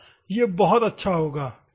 यह बहुत अच्छा होगा ठीक है